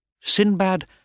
Sinbad